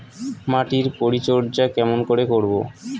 মাটির পরিচর্যা কেমন করে করব?